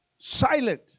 silent